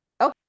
okay